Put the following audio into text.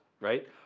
right